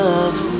Love